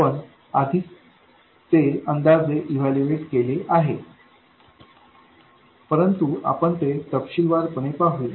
आपण आधीच ते अंदाजे इवैल्यूएट केले आहे परंतु आपण ते तपशीलवार पणे पाहूया